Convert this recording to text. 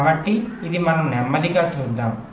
కాబట్టి ఇది మనం నెమ్మదిగా చూద్దాం